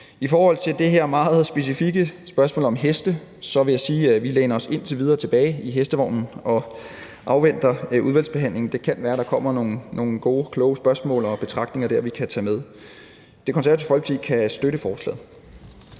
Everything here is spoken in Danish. I forhold til det her meget specifikke spørgsmål om heste vil jeg sige, at vi læner os indtil videre tilbage i hestevognen og afventer udvalgsbehandlingen. Det kan være, at der kommer nogle gode, kloge spørgsmål og betragtninger der, vi kan tage med. Det Konservative Folkeparti kan støtte forslaget.